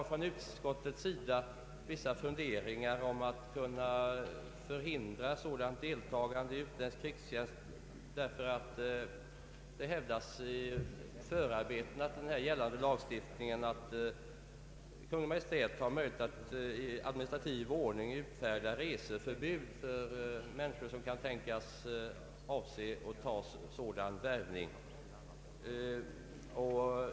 Utskottet har vissa funderingar om att kunna förhindra dylikt deltagande i utländsk krigstjänst, därför att det hävdas i förarbetena till gällande lagstiftning att Kungl. Maj:t har möjlighet att i administrativ ordning utfärda reseförbud för människor som kan tänkas avse ta sådan värvning.